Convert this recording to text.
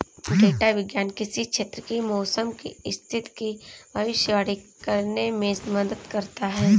data विज्ञान किसी क्षेत्र की मौसम की स्थिति की भविष्यवाणी करने में मदद करता है